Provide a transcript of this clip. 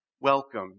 welcome